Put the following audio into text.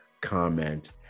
comment